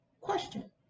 Question